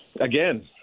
again